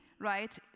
right